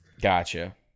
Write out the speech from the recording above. gotcha